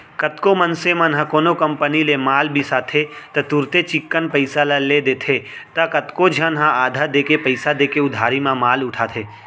कतको मनसे मन ह कोनो कंपनी ले माल बिसाथे त तुरते चिक्कन पइसा ल दे देथे त कतको झन ह आधा देके पइसा देके उधारी म माल उठाथे